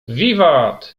wiwat